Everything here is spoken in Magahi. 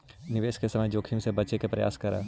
निवेश के समय जोखिम से बचे के प्रयास करऽ